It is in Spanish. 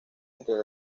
entre